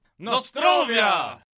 Nostrovia